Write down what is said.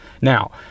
Now